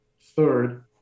Third